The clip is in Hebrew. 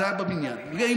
זה היה בבניין, זה היה בבניין.